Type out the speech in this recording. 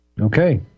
Okay